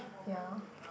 ya